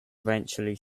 eventually